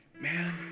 man